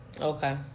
Okay